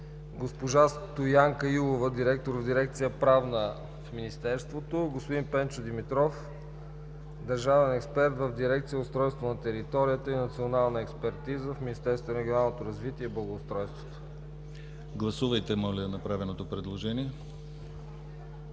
госпожа Стоянка Илова – директор в Дирекция „Правна“ в Министерството, господин Пенчо Димитров – държавен експерт в Дирекция „Устройство на територията и национална експертиза“ в Министерството на регионалното развитие и благоустройството. ПРЕДСЕДАТЕЛ ДИМИТЪР ГЛАВЧЕВ: Гласувайте, моля, направеното предложение.